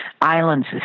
islands